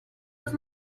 los